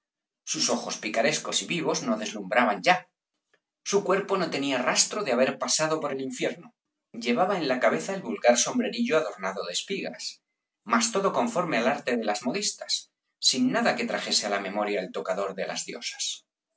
sus ojos picarescos y vivos no deslumhraban ya su cuerpo no tenía rastro de haber pasado por el infierno llevaba en la cabeza el vulgar sombrerillo adornado de espigas mas todo conforme al arte de las modistas sin nada que trajese á la memoria el tocador de las diosas